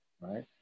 Right